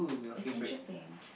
it's interesting